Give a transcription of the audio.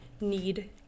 need